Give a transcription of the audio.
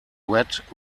wet